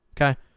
Okay